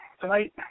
Tonight